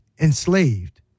enslaved